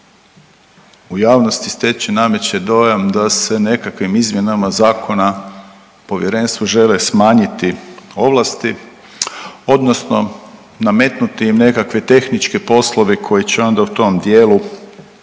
u javnosti steče i nameće dojam da se nekakvim izmjenama zakona povjerenstvu žele smanjiti ovlasti odnosno nametnuti im nekakve tehničke poslove koji će onda u tom dijelu